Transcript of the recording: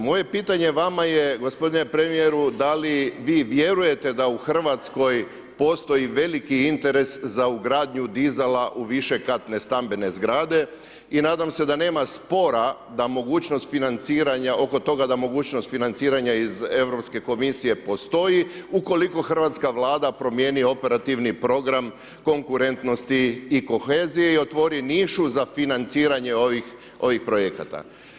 Moje pitanje vama je, gospodine Premijeru, da li vi vjerujete da u Hrvatskoj postoji veliki interes za ugradnju dizala u višekatne stambene zgrade, i nadam se da nema spora da mogućnost financiranja oko toga, da mogućnost financiranja iz Europske komisije postoji, ukoliko hrvatska Vlada promijeni Operativni program Konkurentnost i kohezija, i otvori nišu za financiranje ovih projekata.